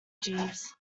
jeeves